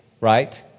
Right